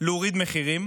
להוריד מחירים,